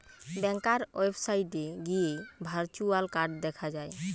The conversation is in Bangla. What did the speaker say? ব্যাংকার ওয়েবসাইটে গিয়ে ভার্চুয়াল কার্ড দেখা যায়